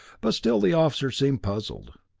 but still the officer seemed puzzled.